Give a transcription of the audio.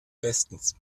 bestens